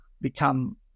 become